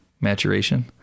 maturation